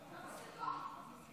לרשותך שלוש דקות.